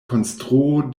konstruo